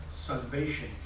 salvation